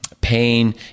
pain